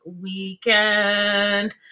weekend